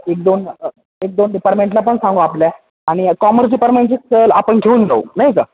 एक दोन एक दोन डिपारमेंटला पण सांगू आपल्या आणि कॉमर्स डिपारमेंटची सहल आपण घेऊन जाऊ नाही का